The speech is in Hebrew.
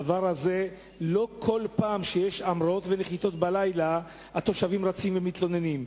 שלא כל פעם כשיש המראות ונחיתות בלילה התושבים רצים ומתלוננים.